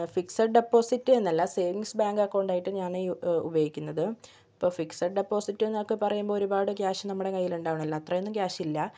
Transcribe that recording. fixed deposit എന്നല്ല savings bank account ആയിട്ട് ഞാൻ ഉ ഉപയോഗിക്കുന്നത് ഇപ്പോൾ ഫിക്സഡ് ഡെപ്പോസിറ്റ് എന്നൊക്കെ പറയുമ്പോൾ ഒരു പാട് ക്യാഷ് നമ്മുടെ കൈയിലുണ്ടാകണമല്ലോ അത്രയൊന്നും ക്യാഷ് ഇല്ല